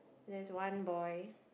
there's one boy